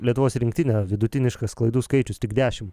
lietuvos rinktinė vidutiniškas klaidų skaičius tik dešimt